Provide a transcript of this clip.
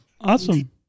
Awesome